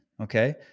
Okay